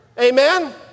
Amen